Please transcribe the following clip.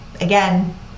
again